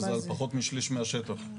וזה על פחות משליש מהשטח.